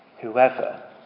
whoever